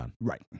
right